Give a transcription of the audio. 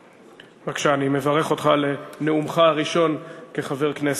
בבקשה, אני מברך אותך על נאומך הראשון כחבר הכנסת,